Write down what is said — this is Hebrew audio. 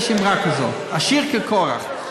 יש אמרה כזאת, עשיר כקורח.